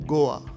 Goa